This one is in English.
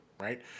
right